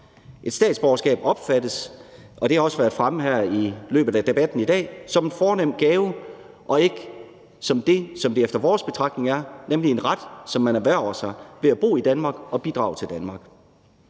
Et statsborgerskab opfattes – og det har også været fremme i løbet af debatten her i dag – som en fornem gave og ikke som det, som det ifølge vores betragtning er, nemlig en ret, som man erhverver sig ved at bo i Danmark og bidrage til Danmark.